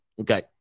okay